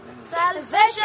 salvation